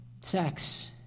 Sex